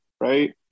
right